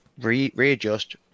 readjust